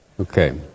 Okay